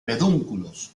pedúnculos